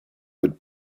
would